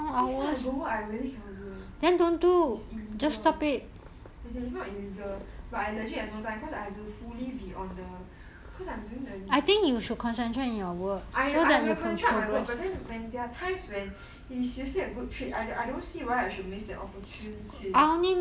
next time I go work I really cannot do eh it's illegal as in it's not illegal but I legit have no time because I have to fully be on the because I'm doing the I will concentrate on my work but then when there are times it's seriously a good trade I don't see why I should miss that opportunity